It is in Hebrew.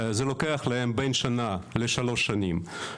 זה לוקח להם בין שנה לשלוש שנים.